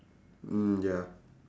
mm ya